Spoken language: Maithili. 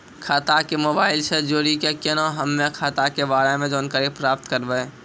खाता के मोबाइल से जोड़ी के केना हम्मय खाता के बारे मे जानकारी प्राप्त करबे?